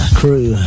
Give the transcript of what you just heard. crew